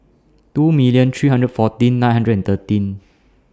two million three hundred fourteen nine hundred and thirteen